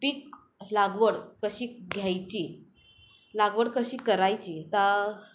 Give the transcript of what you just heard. पीक लागवड कशी घ्यायची लागवड कशी करायची तर